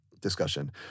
discussion